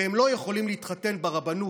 והם לא יכולים להתחתן ברבנות,